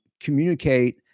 communicate